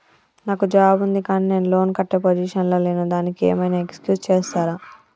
నాకు జాబ్ ఉంది కానీ నేను లోన్ కట్టే పొజిషన్ లా లేను దానికి ఏం ఐనా ఎక్స్క్యూజ్ చేస్తరా?